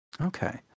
Okay